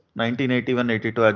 1981-82